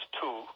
two